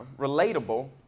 relatable